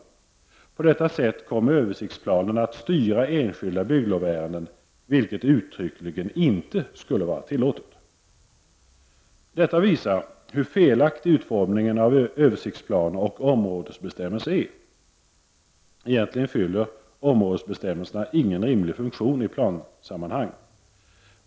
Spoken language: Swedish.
På detta sätt kommer översiktsplanen att styra enskilda bygglovsärenden, vilket uttryckligen inte skulle vara tillåtet. Detta visar hur felaktig utformningen av översiktsplaner och områdesbestämmelser är. Egentligen fyller områdesbestämmelserna ingen rimlig funktion i plansammanhang.